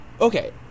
Okay